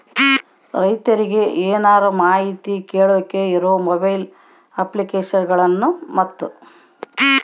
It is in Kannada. ರೈತರಿಗೆ ಏನರ ಮಾಹಿತಿ ಕೇಳೋಕೆ ಇರೋ ಮೊಬೈಲ್ ಅಪ್ಲಿಕೇಶನ್ ಗಳನ್ನು ಮತ್ತು?